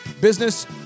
business